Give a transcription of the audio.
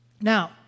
Now